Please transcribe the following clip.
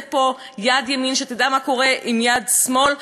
פה שיד ימין תדע מה קורה עם יד שמאל,